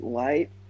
light